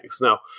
Now